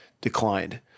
declined